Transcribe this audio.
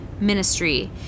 ministry